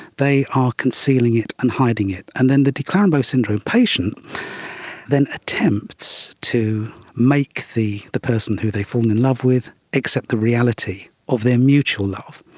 they are concealing it and hiding it. and then the de clerambault's syndrome patient then attempts to make the the person who they've fallen in love with except the reality of their mutual love,